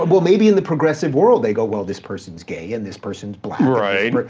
but well maybe in the progressive world, they go, well this person's gay and this person's black. right.